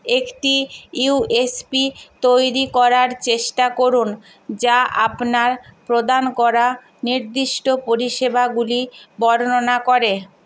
একটি ইউএসপি তৈরি করার চেষ্টা করুন যা আপনার প্রদান করা নির্দিষ্ট পরিষেবাগুলি বর্ণনা করে